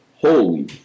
Holy